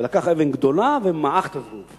לקח אבן גדולה ומעך את הזבוב.